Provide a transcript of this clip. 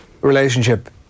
relationship